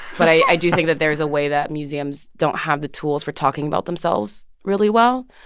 but i do think that there is a way that museums don't have the tools for talking about themselves really well.